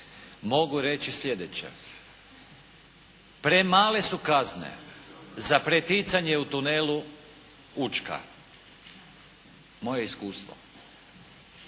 mogu reći sljedeće. Premale su kazne za preticanje u tunelu Učka. Moje iskustvo